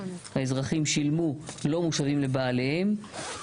האזרחים שילמו לא מושבים לבעליהם.